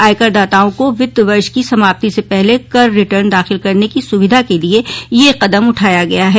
आयकरदाताओं को वित्त वर्ष की समाप्ति से पहले कर रिटर्न दाखिल करने की सुविधा के लिए यह कदम उठाया गया है